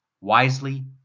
wisely